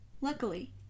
Luckily